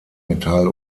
metall